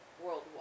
worldwide